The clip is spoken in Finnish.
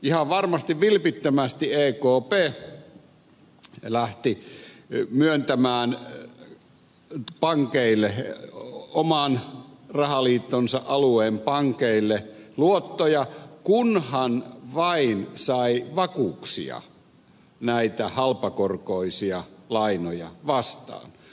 ihan varmasti vilpittömästi ekp lähti myöntämään oman rahaliittonsa alueen pankeille luottoja kunhan vain sai vakuuksia näitä halpakorkoisia lainoja vastaan